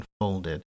unfolded